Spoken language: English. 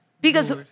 Because-